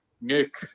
Nick